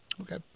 Okay